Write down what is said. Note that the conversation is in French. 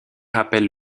rappels